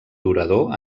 durador